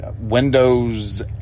windows